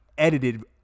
edited